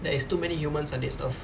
there is too many humans on this earth